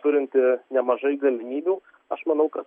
turinti nemažai galimybių aš manau kad